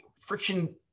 Friction